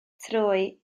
trwy